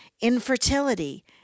infertility